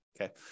okay